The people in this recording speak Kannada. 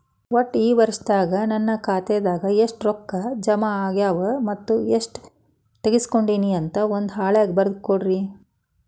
ಒಟ್ಟ ಈ ವರ್ಷದಾಗ ನನ್ನ ಖಾತೆದಾಗ ಎಷ್ಟ ರೊಕ್ಕ ಜಮಾ ಆಗ್ಯಾವ ಮತ್ತ ಎಷ್ಟ ತಗಸ್ಕೊಂಡೇನಿ ಅಂತ ಒಂದ್ ಹಾಳ್ಯಾಗ ಬರದ ಕೊಡ್ರಿ